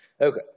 Okay